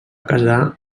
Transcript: casar